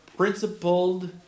principled